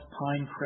Pinecrest